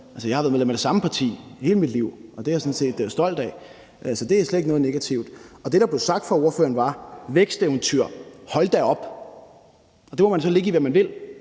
Jeg har været medlem af det samme parti hele mit liv, og det er jeg sådan set stolt af. Så det er slet ikke noget negativt. Og det, der blev sagt af ordføreren, var: Væksteventyr, hold da op. Det må man så lægge i, hvad man vil.